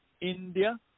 India